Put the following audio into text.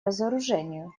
разоружению